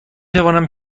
توانم